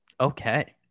Okay